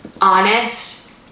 honest